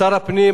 שר הפנים,